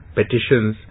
petitions